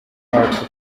wacu